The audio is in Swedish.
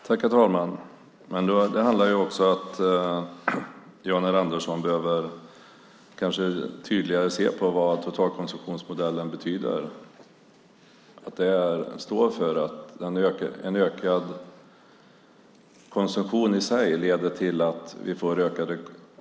Herr talman! Det handlar också om att Jan R Andersson behöver se tydligare på vad totalkonsumtionsmodellen betyder. Den står för att en ökad konsumtion i sig leder till fler alkoholskador.